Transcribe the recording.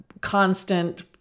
constant